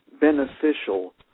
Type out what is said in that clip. beneficial